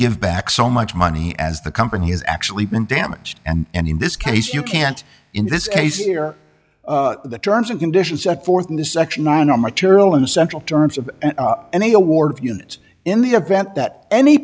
give back so much money as the company has actually been damaged and in this case you can't in this case hear the terms and conditions set forth in this section nine or material in central terms of any award of units in the event that any